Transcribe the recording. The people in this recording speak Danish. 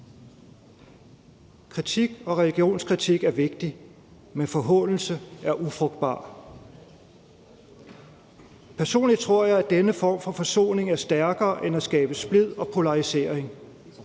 Kritik og religionskritik er vigtigt, men forhånelse er ufrugtbart. Personligt tror jeg, at denne form for forsoning er stærkere end at skabe splid og polarisering,